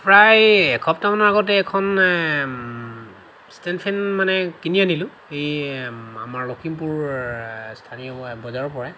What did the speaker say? প্ৰায় এসপ্তাহমানৰ আগতে এখন ষ্টেণ্ড ফেন মানে কিনি আনিলোঁ আমাৰ লখিমপুৰ স্থানীয় বজাৰৰ পৰাই